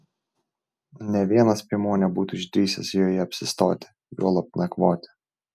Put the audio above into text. nė vienas piemuo nebūtų išdrįsęs joje apsistoti juolab nakvoti